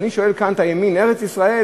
ואני שואל כאן את הימין: ארץ-ישראל,